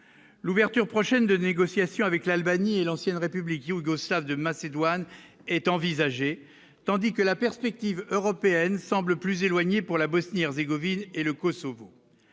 l'ouverture prochaine de négociations avec l'Albanie et l'ancienne République yougoslave de Macédoine est envisagée, tandis que la perspective européenne semble plus éloignée pour la Bosnie-Herzégovine et le Kosovo,